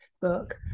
book